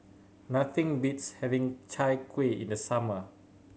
nothing beats having Chai Kuih in the summer